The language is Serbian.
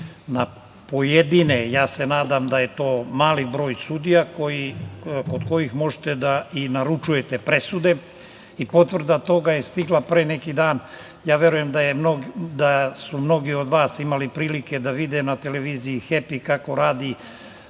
na pojedine, ja se nadam da je to mali broj sudija, kod kojih možete i da naručujete presude. Potvrda toga je stigla pre neki dan. Verujem da su mnogi od vas imali prilike da vide na televiziji „Hepi“ kako radi,